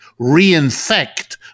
reinfect